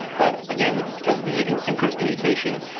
but again, because of the increased communication,